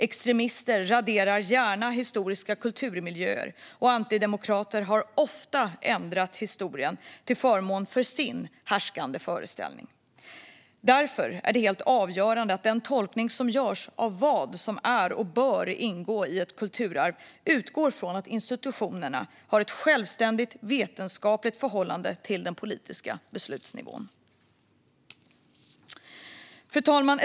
Extremister raderar gärna historiska kulturmiljöer, och antidemokrater har ofta ändrat historien till förmån för sin härskande föreställning. Därför är det helt avgörande att den tolkning som görs av vad som är och bör ingå i ett kulturarv utgår från att institutionerna har ett självständigt vetenskapligt förhållande till den politiska beslutsnivån. Fru talman!